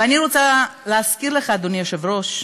ואני רוצה להזכיר לך, אדוני היושב-ראש,